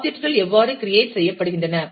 object கள் எவ்வாறு create செய்யப்படுகின்றன